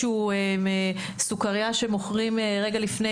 שאיזשהו סוכרייה שמוכרים רגע לפני,